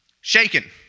Shaken